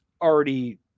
already